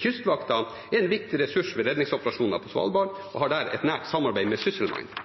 Kystvakten er en viktig ressurs for redningsoperasjoner på Svalbard, og har der et nært samarbeid med